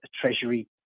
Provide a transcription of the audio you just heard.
treasury